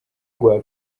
guhaha